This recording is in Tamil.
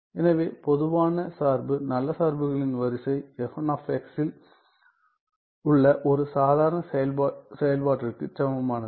எனவே பொதுவான சார்பு நல்ல சார்புகளின் வரிசை fn இல் உள்ள ஒரு சாதாரண செயல்பாட்டிற்கு சார்பிற்கு சமமானது